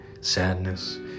sadness